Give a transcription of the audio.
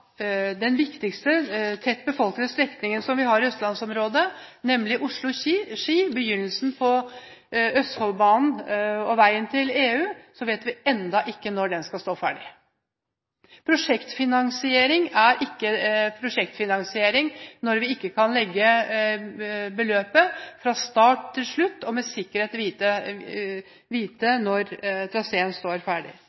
den viktigste, tettbefolkede, strekningen som vi har i østlandsområdet – nemlig Oslo–Ski, begynnelsen på Østfoldbanen og veien til EU – skal stå ferdig. Prosjektfinansiering er ikke prosjektfinansiering når vi ikke kan legge fram beløpet fra start til slutt og med sikkerhet vite